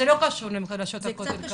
זה לא קשור לנשות הכותל.